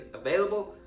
available